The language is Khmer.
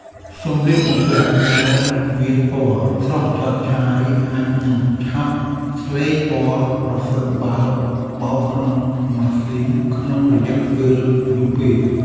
សម្លៀកបំពាក់ដែលមានពណ៌ស្រស់ឆើតឆាយអាចនឹងឆាប់ស្លេកពណ៌ប្រសិនបើបោកក្នុងម៉ាស៊ីនក្នុងរយៈពេលយូរពេក។